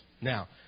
Now